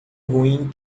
ruim